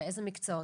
באיזה מקצועות?